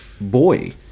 boy